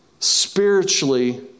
spiritually